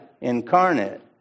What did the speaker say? incarnate